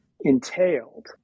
entailed